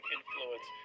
Influence